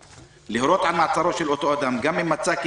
רשאי הוא...להורות על מעצרו של אותו אדם גם אם מצא כי